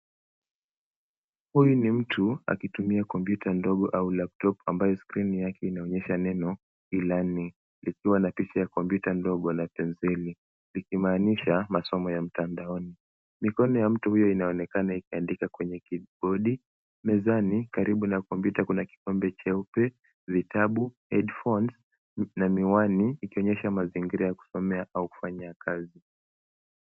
Huyu ni mtu ,akitumia kompyuta ndogo au laptop ambayo skrini yake inaonyesha neno e learning likiwa napicha ya kompyuta ndogo na penseli, likimaanisha masomo ya mtandaoni. Mikono ya mtu huyo inaonekana ikiandika kwenye kibodi. Mezani, karibu na kompyuta kuna kikombe cheupe, vitabu, headphones na miwani, ikionyesha mazingira ya kusomea au kufanyia kazi.